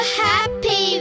happy